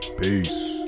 Peace